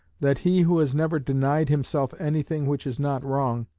that he who has never denied himself anything which is not wrong,